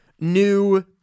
new